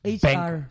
hr